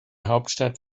hauptstadt